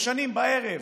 משנים בערב,